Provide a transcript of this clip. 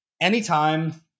Anytime